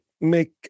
make